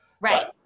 Right